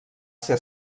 ser